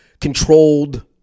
controlled